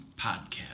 Podcast